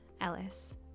Ellis